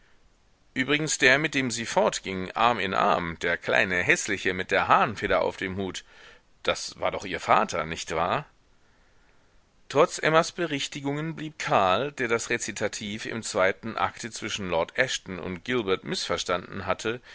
übrigens der mit dem sie fortging arm in arm der kleine häßliche mit der hahnenfeder auf dem hut das war doch ihr vater nicht wahr trotz emmas berichtigungen blieb karl der das rezitativ im zweiten akte zwischen lord ashton und gilbert mißverstanden hatte